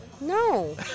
No